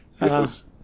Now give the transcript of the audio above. Yes